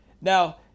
Now